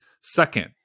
Second